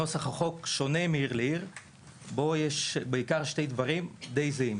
נוסח החוק שונה מעיר לעיר אבל יש בו בעיקר שני דברים שהם די זהים.